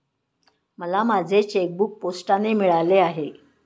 मला माझे चेकबूक पोस्टाने मिळाले आहे